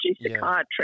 psychiatry